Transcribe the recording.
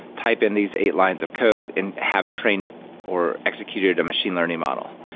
type in these eight lines of code and have trained up or executed a machine learning model.